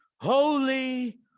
holy